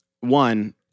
one